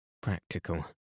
practical